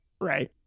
Right